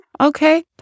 okay